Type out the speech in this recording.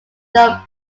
though